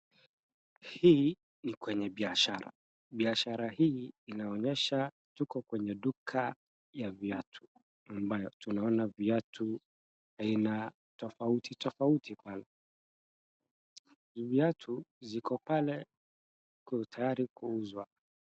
Hii ni kwenye biashara , biashara hii inaoanyesha tuko kwenye duka ya viatu ambayo tunaona aina ya viatu tofauti tofauti pale. Ni viatu ziko pale tayari kuuzwa.